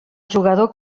jugador